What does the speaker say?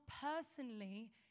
personally